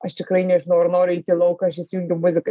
aš tikrai nežinau ar noriu eit įlauk aš įsijungiu muziką